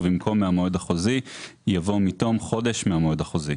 ובמקום "מהמועד החוזי" יבוא "מתום חודש מהמועד החוזי";